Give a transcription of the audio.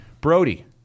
Brody